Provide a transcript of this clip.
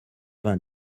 vingt